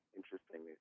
interesting